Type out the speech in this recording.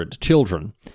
children